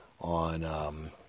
on